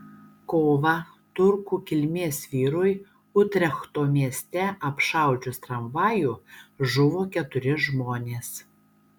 kovą turkų kilmės vyrui utrechto mieste apšaudžius tramvajų žuvo keturi žmonės